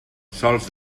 sols